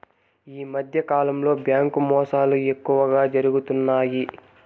ఈ మధ్యకాలంలో బ్యాంకు మోసాలు ఎక్కువగా జరుగుతున్నాయి